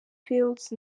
fields